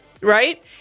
right